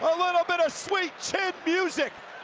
ah little bit of sweet chin music.